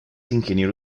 ingeniero